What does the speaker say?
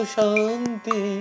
Shanti